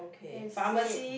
that's it